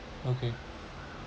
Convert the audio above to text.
okay